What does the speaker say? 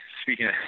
speaking